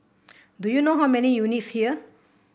do you know how many units here